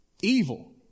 evil